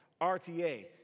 RTA